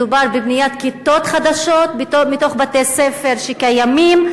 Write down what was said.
מדובר בבניית כיתות חדשות בתוך בתי-ספר שקיימים?